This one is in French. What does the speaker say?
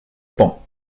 pont